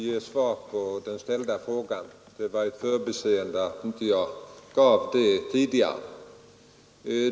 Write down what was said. Herr talman! Jag skall omedelbart svara på den framställda frågan; det var ett förbiseende att jag inte gav svaret tidigare.